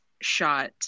shot